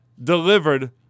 delivered